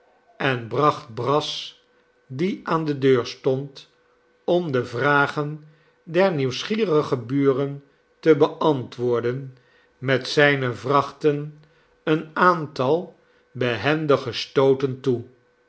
en bracht brass die aan de deur stond om de vragen der nieuwsgierige buren te beantwoorden met zijne vrachten een aantal behendige stooten toe